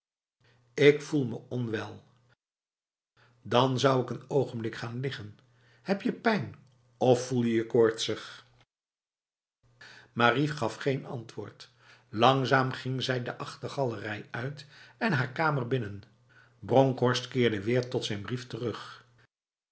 ik voel me onwel dan zou ik een ogenblik gaan liggen heb je pijn of voel je je koortsig marie gaf geen antwoord langzaam ging zij de achtergalerij uit en haar kamer binnen bronkhorst keerde weer tot zijn brief terugj